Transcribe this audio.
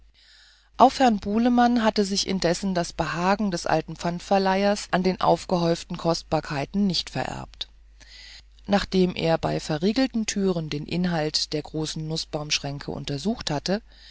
auf herrn bulemann hatte sich indessen das behagen des alten pfandverleihers an den aufgehäuften kostbarkeiten nicht vererbt nachdem er bei verriegelten türen den inhalt der großen nußbaumschränke untersucht hatte